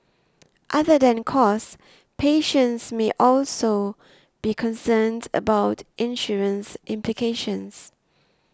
other than cost patients may also be concerned about insurance implications